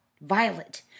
violet